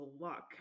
luck